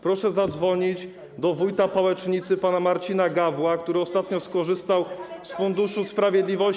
Proszę zadzwonić do wójta Pałecznicy, pana Marcina Gawła, który ostatnio skorzystał z funduszu sprawiedliwości.